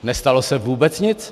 Nestalo se vůbec nic.